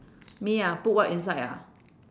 me ah put what inside ah